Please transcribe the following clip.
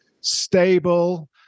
stable